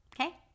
Okay